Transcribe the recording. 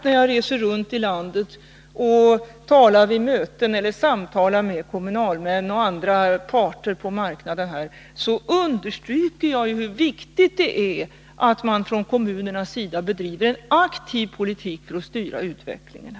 När jag reser runt i landet och talar vid möten eller samtalar med kommunalmän och andra parter på marknaden, understryker jag överallt hur viktigt det är att man från kommunernas sida bedriver en aktiv politik för att styra denna utveckling.